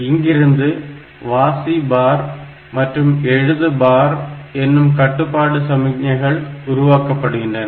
இங்கிருந்து வாசிபார் மற்றும் எழுதுபார் எனும் கட்டுப்பாடு சமிக்ஞைகள் உருவாக்கப்படுகின்றன